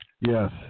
yes